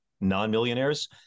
non-millionaires